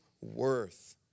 worth